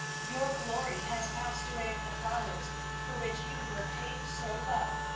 your glory has passed away with the flowers for which you were paid so well.